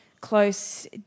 close